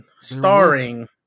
starring